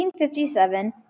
1857